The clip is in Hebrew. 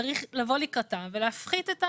צריך לבוא לקראתה ולהפחית.